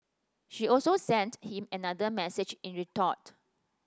she also sent him another message in retort